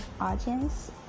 audience